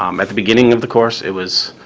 um at the beginning of the course, it was